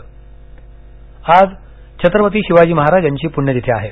पुण्यतियी आज छत्रपती शिवाजी महाराज यांची पुण्यतिथी आहे